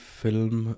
film